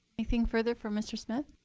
anything further from mr. smith?